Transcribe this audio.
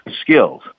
skills